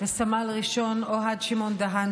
וסמל ראשון אוהד שמעון דהן,